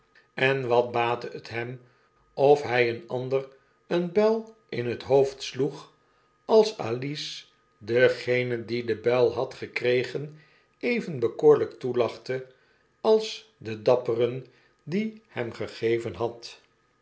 en wat baatte het hem of hij een ander een buil in het hoofd sloeg als alice dengenen die den buil had gekregen even bekooriyk toelachte als den dapperen die hem gegeven had